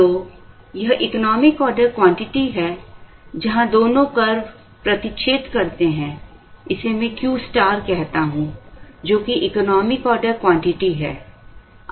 तो यह economic order quantity है जहां दोनों कर्व प्रतिच्छेद करते हैं इसे मैं Q कहता हूं जो कि इकोनॉमिक ऑर्डर क्वांटिटी है